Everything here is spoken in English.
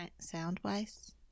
sound-wise